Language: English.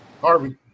harvey